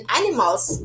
animals